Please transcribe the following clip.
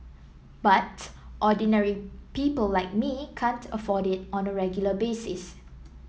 but ordinary people like me can't afford it on a regular basis